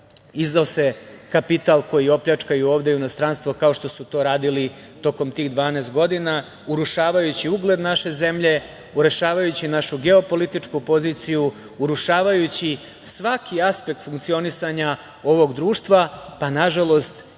iznose kapital koji opljačkaju ovde i u inostranstvo, kao što su to radili tokom tih 12 godina, urušavajući ugled naše zemlje, urušavajući našu geopolitičku poziciju, urušavajući svaki aspekt funkcionisanja ovog društva, pa nažalost,